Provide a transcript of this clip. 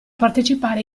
partecipare